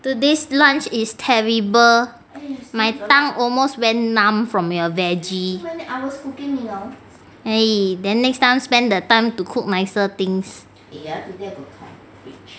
today's lunch is terrible my tongue almost went numb from your veggie eh then next time spend the time to cook nicer things